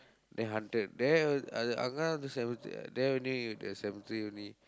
there haunted there அது அங்கே எல்லாம்:athu angkee ellaam there only the cemetery only